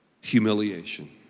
humiliation